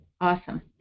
awesome